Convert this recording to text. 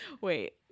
Wait